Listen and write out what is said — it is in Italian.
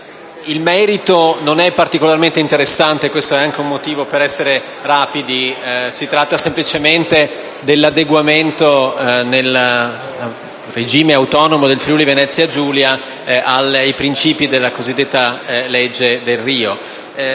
il merito non è particolarmente interessante e questo è anche un motivo per essere rapidi. Si tratta semplicemente dell'adeguamento del regime autonomo del Friuli-Venezia Giulia ai principi della cosiddetta legge Delrio.